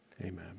Amen